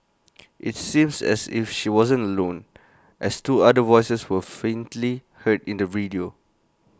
IT seems as if she wasn't alone as two other voices were faintly heard in the video